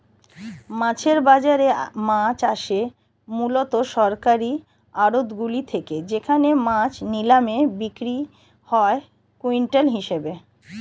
মাছের বাজারে মাছ আসে মূলত সরকারি আড়তগুলি থেকে যেখানে মাছ নিলামে বিক্রি হয় কুইন্টাল হিসেবে